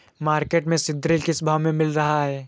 Market में सीद्रिल किस भाव में मिल रहा है?